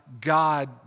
God